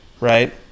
Right